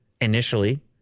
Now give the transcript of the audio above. initially